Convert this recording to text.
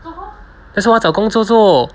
that's why 我要找工作做